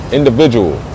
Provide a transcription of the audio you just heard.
individual